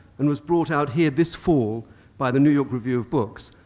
and was brought out here this fall by the new york review of books.